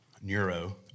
neuro